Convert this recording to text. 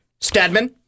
Stadman